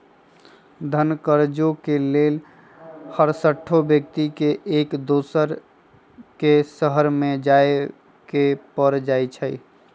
धन अरजे के लेल हरसठ्हो व्यक्ति के एक दोसर के शहरमें जाय के पर जाइ छइ